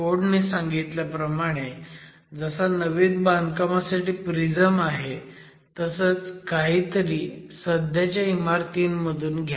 code ने सांगितल्याप्रमाणे जसा नवीन बांधकामासाठी प्रिझम आहे तसंच काहीतरी सध्याच्या इमारतीमधून घ्या